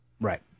right